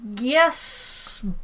Yes